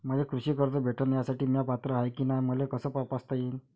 मले कृषी कर्ज भेटन यासाठी म्या पात्र हाय की नाय मले कस तपासता येईन?